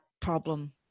problem